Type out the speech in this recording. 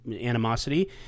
animosity